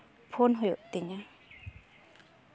phone ᱦᱩᱭᱩᱜ ᱛᱤᱧᱟ